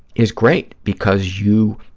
is great, because you